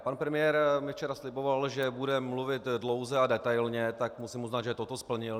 Pan premiér mi včera sliboval, že bude mluvit dlouze a detailně, tak musím uznat, že toto splnil.